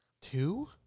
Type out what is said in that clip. two